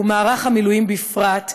ומערך המילואים בפרט,